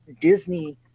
Disney